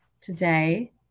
today